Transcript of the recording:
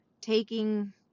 taking